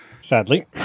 Sadly